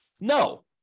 No